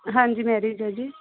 ਹਾਂਜੀ ਮੈਰਿਜ ਹੈ ਜੀ